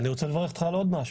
אני רוצה לברך אותך על עוד משהו.